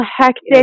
hectic